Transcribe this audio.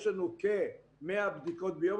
יש לנו כ-100 בדיקות ביום.